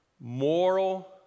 Moral